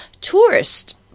tourist